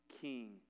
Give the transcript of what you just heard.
king